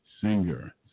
singer